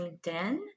LinkedIn